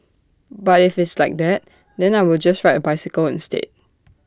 but if it's like that then I will just ride A bicycle instead